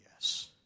yes